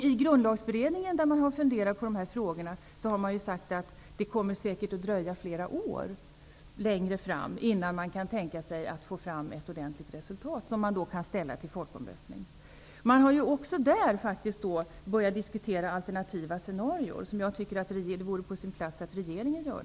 I Grundlagberedningen, där man har funderat på de här frågorna, har man ju sagt att det säkert kommer att dröja flera år innan man kan få fram ett ordentligt resultat, som man då kan ställa inför folkomröstning. Också där har man faktiskt börjat diskutera alternativa scenarier, vilket jag tycker att det vore på sin plats att regeringen gjorde.